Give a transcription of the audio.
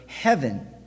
heaven